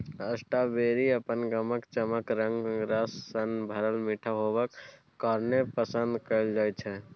strawberry अपन गमक, चकमक रंग, रस सँ भरल मीठ हेबाक कारणेँ पसंद कएल जाइ छै